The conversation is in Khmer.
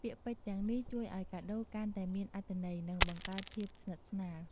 ពាក្យពេចន៍ទាំងនេះជួយឱ្យកាដូរកាន់តែមានអត្ថន័យ និងបង្កើតភាពស្និទ្ធស្នាល។